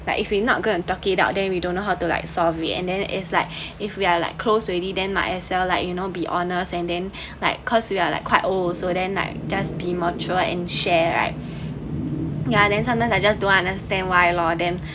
but if we not go to talk it out then we don't know how to like solve it and then is like if we are like close already then might as well like you know be honest and then like cause we are like quite old also then like just be mature and share right ya then sometimes I just don't understand why lor then